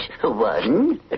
One